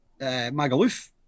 Magaluf